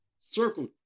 Circle